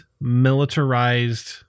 militarized